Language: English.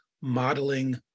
modeling